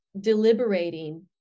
deliberating